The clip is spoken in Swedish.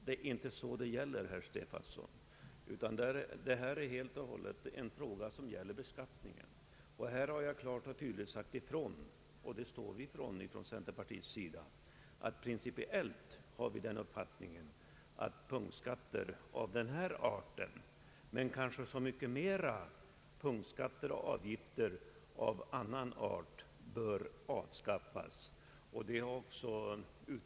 Men det är inte den saken det här gäller, herr Stefanson. Detta är en fråga som gäller beskattning. Här har jag klart och tydligt deklarerat centerpartiets principiella uppfattning. Punktskatter av denna art — och kanske ännu mera punktskatter och avgifter av annan art — bör avskaffas.